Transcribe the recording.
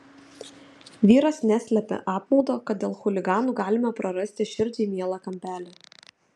vyras neslėpė apmaudo kad dėl chuliganų galime prarasti širdžiai mielą kampelį